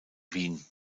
wien